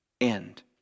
end